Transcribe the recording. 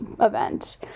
event